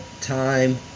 time